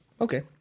Okay